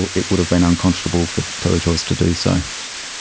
but it would have been unconscionable for telechoice to do so.